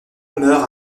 meurt